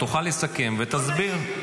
אתה תוכל לסכם ותסביר,